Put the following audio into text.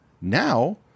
now